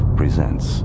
presents